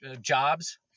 jobs